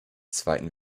zweiten